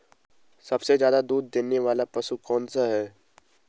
सबसे ज़्यादा दूध देने वाला पशु कौन सा है?